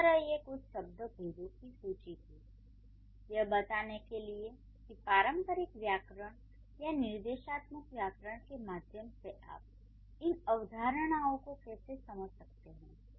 इस तरह ये कुछ शब्दभेदों की सूची थी यह बताने के लिए कि पारंपरिक व्याकरण या निर्देशात्मक व्याकरण के माध्यम से आप इन अवधारणाओं को कैसे समझ सकते हैं